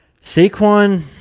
Saquon